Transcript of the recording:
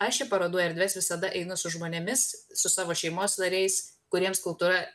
aš į parodų erdves visada einu su žmonėmis su savo šeimos nariais kuriems kultūra